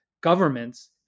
governments